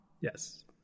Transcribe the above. yes